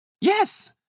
Yes